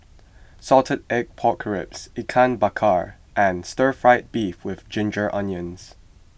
Salted Egg Pork Ribs Ikan Bakar and Stir Fry Beef with Ginger Onions